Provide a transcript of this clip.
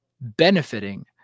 benefiting